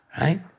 right